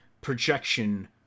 projection